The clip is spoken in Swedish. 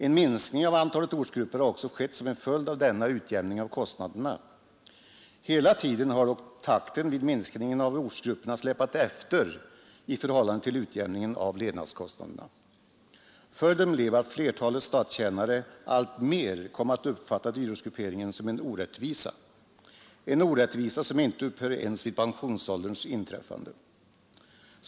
En minskning av antalet ortsgrupper har också skett som en följd av denna utjämning av kostnaderna. Hela tiden har dock minskningen av antalet ortsgrupper släpat efter i förhållande till utjämningen av levnadskostnaderna. Följden har blivit att flertalet statstjänare alltmer kommit att uppfatta dyrortsgrupperingen som en orättvisa, en orättvisa som inte upphör ens vid pensionsålderns inträdande.